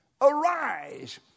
Arise